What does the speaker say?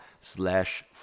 slash